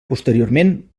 posteriorment